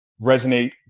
resonate